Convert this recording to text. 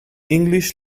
english